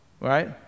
right